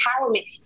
empowerment